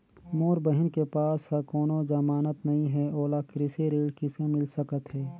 मोर बहिन के पास ह कोनो जमानत नहीं हे, ओला कृषि ऋण किसे मिल सकत हे?